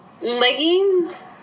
leggings